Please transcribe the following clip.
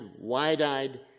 wide-eyed